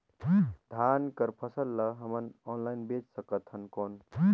धान कर फसल ल हमन ऑनलाइन बेच सकथन कौन?